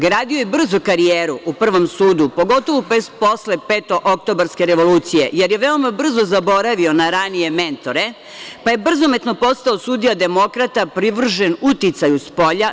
Gradio je brzo karijeru u Prvom sudu, pogotovo posle Petooktobarske revolucije, jer je veoma brzo zaboravio na ranije mentore pa je brzometno postao sudija demokrata, privržen uticaju spolja.